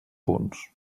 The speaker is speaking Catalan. punts